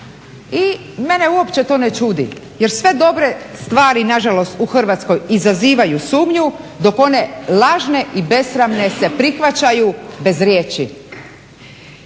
I mene uopće to ne čudi jer sve dobre stvari nažalost u Hrvatskoj izazivaju sumnju, dok one lažne i besramne se prihvaćaju bez riječi.